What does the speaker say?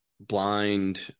Blind